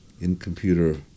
in-computer